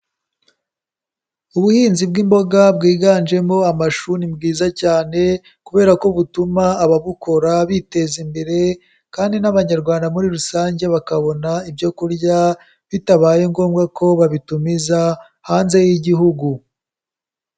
Ubuhinzi bw'imboga bwiganjemo amashu ni bwiza cyane, kubera ko butuma ababukora biteza imbere kandi n'abanyarwanda muri rusange bakabona ibyo kurya, bitabaye ngombwa ko babitumiza hanze y'igihugu.